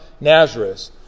Nazareth